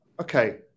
Okay